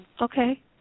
Okay